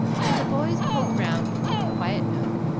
so the boys pulled round into a quiet nook,